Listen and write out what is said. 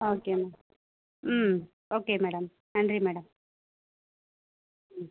okay ma'am hmm okay madam நன்றி madam ம்